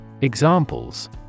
Examples